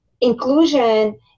inclusion